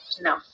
No